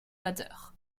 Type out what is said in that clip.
batteur